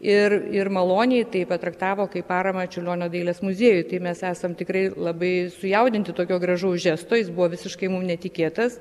ir ir maloniai taip traktavo kaip paramą čiurlionio dailės muziejui tai mes esam tikrai labai sujaudinti tokio gražaus žesto jis buvo visiškai mum netikėtas